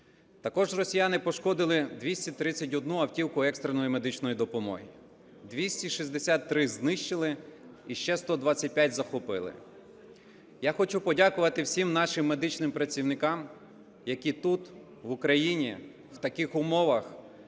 Також росіяни пошкодили 231 автівку екстреної медичної допомоги, 263 знищили і ще 125 захопили. Я хочу подякувати всім нашим медичним працівникам, які тут, в Україні, в таких умовах,